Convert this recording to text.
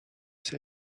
say